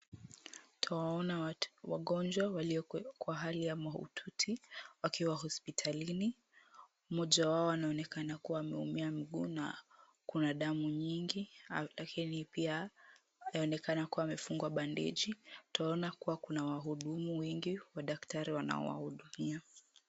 Twaona wagonjwa walio kwa hali ya mahututi wakiwa hospitalini. Mmoja wao anaonekana kuwa ameumia mguu na kuna damu nyingi lakini pia yaonekana kuwa amefungwa bandeji. Twaona kuwa kuna wahudumu wengi wa daktari wanaowahudumia.